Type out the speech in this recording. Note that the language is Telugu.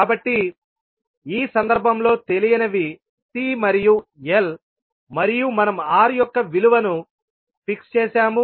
కాబట్టి ఈ సందర్భంలో తెలియనివి C మరియు L మరియు మనం R యొక్క విలువను ఫిక్స్ చేసాము